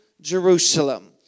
Jerusalem